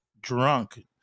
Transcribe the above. drunk